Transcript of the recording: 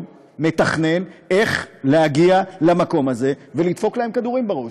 מתכנן איך להגיע למקום הזה ולדפוק להם כדורים בראש.